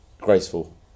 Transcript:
graceful